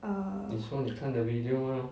uh